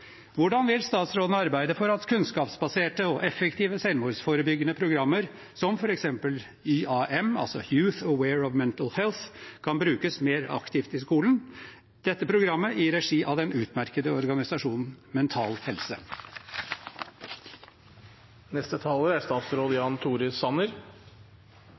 Hvordan vil statsråden arbeide for at kunnskapsbaserte og effektive selvmordsforebyggende programmer som f.eks. YAM – Youth Aware of Mental Health – kan brukes mer aktivt i skolen? Dette programmet er i regi av den utmerkede organisasjonen Mental Helse.